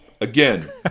Again